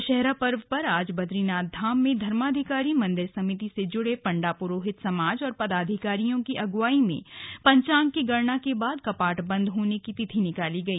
दशहरा पर्व पर आज बदरीनाथ धाम में धर्माधिकारी मंदिर समिति से जुड़े पण्डा पुरोहित समाज और पदाधिकारियों की अगुवाई में पंचांग की गणना के बाद कपाट बंद होने की तिथि निकाली गई